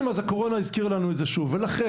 אז הקורונה הזכירה לנו את זה שוב ולכן,